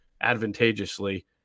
advantageously